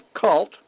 cult